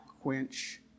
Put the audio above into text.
quench